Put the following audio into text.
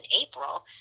April